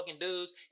dudes